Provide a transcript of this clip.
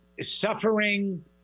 Suffering